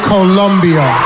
Colombia